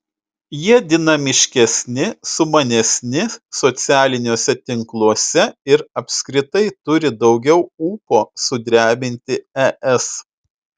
jie dinamiškesni sumanesni socialiniuose tinkluose ir apskritai turi daugiau ūpo sudrebinti es